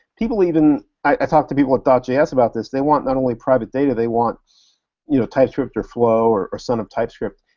people even, i talk to people at dot js about this, they want not only private data, they want you know typescript or flow or or son of typescript,